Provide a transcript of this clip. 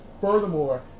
Furthermore